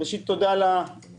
ראשית, תודה על ההזדמנות